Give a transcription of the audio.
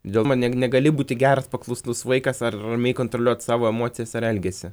dėl man neg negali būti geras paklusnus vaikas ar ramiai kontroliuot savo emocijas ar elgesį